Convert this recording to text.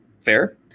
Fair